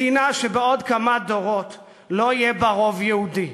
מדינה שבעוד כמה דורות לא יהיה בה רוב יהודי.